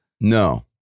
No